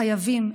חייבים.